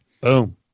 Boom